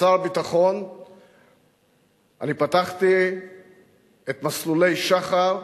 וכשר ביטחון פתחתי את מסלולי שח"ר,